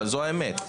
אבל זו האמת.